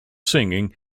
singing